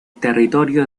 territorio